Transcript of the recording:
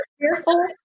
fearful